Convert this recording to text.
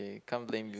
K can't blame you